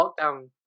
lockdown